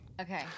Okay